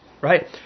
Right